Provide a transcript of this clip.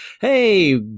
Hey